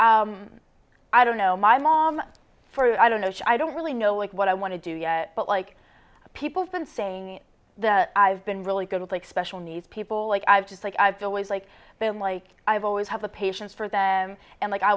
i don't know my mom i don't know so i don't really know like what i want to do yet but like people have been saying that i've been really good like special needs people like i've just like i've always like them like i've always had the patience for them and like i